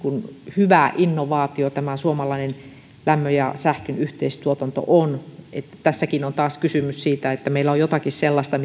hyvä innovaatio tämä suomalainen lämmön ja sähkön yhteistuotanto on niin tässäkin on taas kysymys siitä että meillä on jotakin sellaista